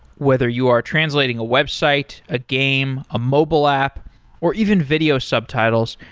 whether you are translating a website, a game, a mobile app or even video subtitles,